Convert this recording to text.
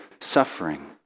suffering